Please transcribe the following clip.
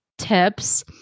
Tips